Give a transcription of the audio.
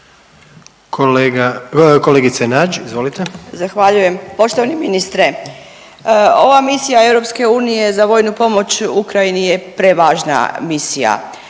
Vesna (Nezavisni)** Zahvaljujem. Poštovani ministre, ova misija EU za vojnu pomoć Ukrajini je prevažna misija.